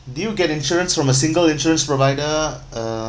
did you get insurance from a single insurance provider uh